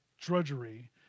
drudgery